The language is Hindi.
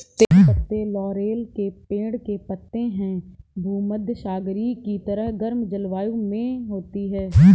तेज पत्ते लॉरेल के पेड़ के पत्ते हैं भूमध्यसागरीय की तरह गर्म जलवायु में होती है